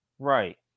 Right